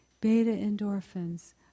beta-endorphins